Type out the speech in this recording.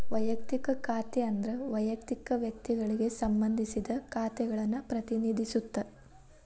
ವಯಕ್ತಿಕ ಖಾತೆ ಅಂದ್ರ ವಯಕ್ತಿಕ ವ್ಯಕ್ತಿಗಳಿಗೆ ಸಂಬಂಧಿಸಿದ ಖಾತೆಗಳನ್ನ ಪ್ರತಿನಿಧಿಸುತ್ತ